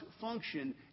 function